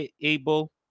able